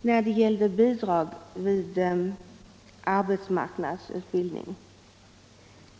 när det gällde bidrag vid arbetsmarknadsutbildning.